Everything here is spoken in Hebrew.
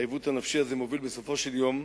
העיוות הנפשי הזה מוביל בסופו של יום,